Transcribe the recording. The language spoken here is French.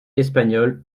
espagnole